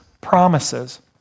promises